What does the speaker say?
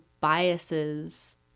biases